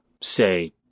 say